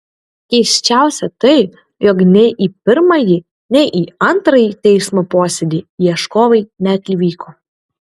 keisčiausia tai jog nei į pirmąjį nei į antrąjį teismo posėdį ieškovai neatvyko